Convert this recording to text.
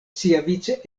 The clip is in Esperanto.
siavice